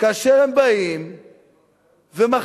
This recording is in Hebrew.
כאשר הם באים ומחליטים